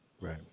right